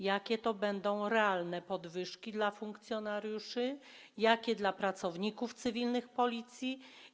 Jakie to będą realne podwyżki dla funkcjonariuszy i jakie dla pracowników cywilnych Policji?